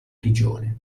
prigione